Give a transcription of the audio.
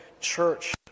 church